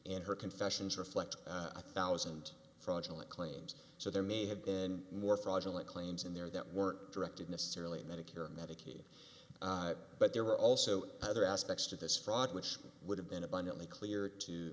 in her confessions reflect a thousand fraudulent claims so there may have been more fraudulent claims in there that weren't directed necessarily medicare medicaid but there were also other aspects to this fraud which would have been abundantly clear to